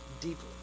deeply